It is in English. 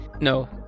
No